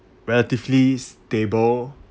relatively stable